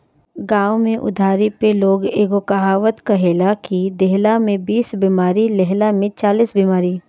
गांव में उधारी पे लोग एगो कहावत कहेला कि देहला में बीस बेमारी, लेहला में चालीस बेमारी